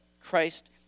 Christ